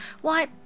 Why